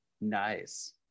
Nice